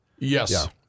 Yes